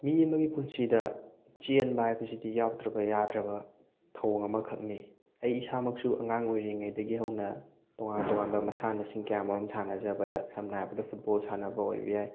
ꯃꯤ ꯑꯃꯒꯤ ꯄꯨꯟꯁꯤꯗ ꯆꯦꯟꯕ ꯍꯥꯏꯕꯁꯤꯗꯤ ꯌꯥꯎꯗ꯭ꯔꯕ ꯌꯥꯗ꯭ꯔꯕ ꯊꯧꯑꯣꯡ ꯑꯃꯈꯛꯅꯤ ꯑꯩ ꯏꯁꯥꯃꯛꯁꯨ ꯑꯉꯥꯡ ꯑꯣꯏꯔꯤꯉꯩꯗꯒꯤ ꯍꯧꯅ ꯇꯣꯉꯥꯟ ꯇꯣꯉꯥꯟꯕ ꯃꯁꯥꯟꯅꯁꯤꯡ ꯀꯌꯥꯃꯔꯨꯝ ꯁꯥꯟꯅꯖꯕꯗ ꯁꯝꯅ ꯍꯥꯏꯕꯗ ꯐꯨꯠꯕꯣꯜ ꯁꯥꯟꯅꯕ ꯑꯣꯏꯕ ꯌꯥꯏ